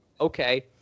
okay